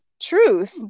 truth